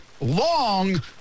long